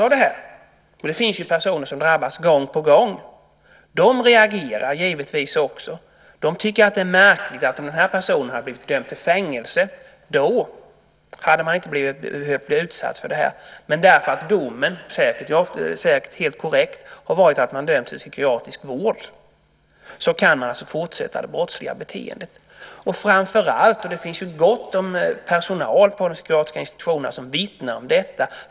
Det finns ju personer som drabbas av detta gång på gång. De reagerar givetvis också. De tycker att det är märkligt att om den intagne hade blivit dömd till fängelse hade de inte behövt bli utsatta för detta. Men i och med att man blir dömd till psykiatrisk vård kan man fortsätta med sitt brottsliga beteende. Det finns gott om personal på de psykiatriska institutionerna som vittnar om detta.